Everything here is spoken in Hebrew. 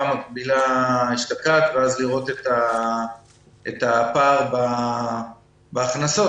המקבילה אשתקד ואז לראות את הפער בהכנסות.